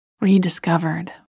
rediscovered